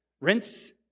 Rinse